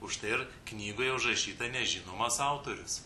užtai ir knygoj užrašyta nežinomas autorius